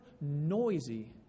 noisy